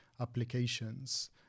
applications